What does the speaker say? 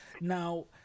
Now